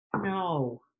no